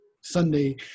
Sunday